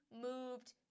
moved